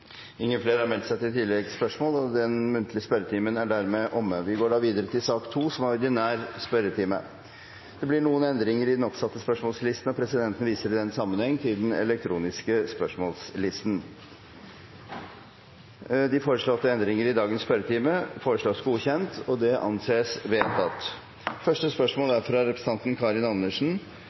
Den muntlige spørretimen er dermed omme. Det blir noen endringer i den oppsatte spørsmålslisten, og presidenten viser i den sammenheng til den elektroniske spørsmålslisten som er gjort tilgjengelig for representantene. De foreslåtte endringer i dagens spørretime foreslås godkjent. – Det anses vedtatt. Endringene var som følger: Spørsmål 1, fra representanten Karin Andersen